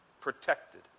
Protected